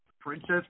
Princess